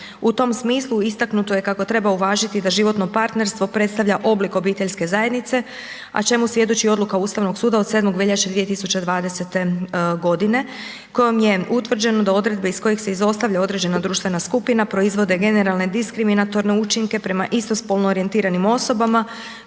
U tom smislu istaknuto je kako treba uvažiti da životno partnerstvo predstavlja oblik obiteljske zajednice, a čime svjedoči odluka Ustavnog suda od 7. veljače 2020. godine kojom je utvrđeno da odredbe iz kojih se izostavlja određena društvena skupina proizvode generalne diskriminatorne učinke prema istospolno orijentiranim osobama